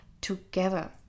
together